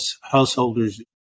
Householder's